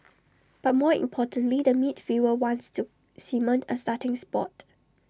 but more importantly the midfielder wants to cement A starting spot